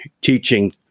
teaching